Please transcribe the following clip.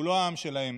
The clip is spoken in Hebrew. שהוא לא העם שלהם,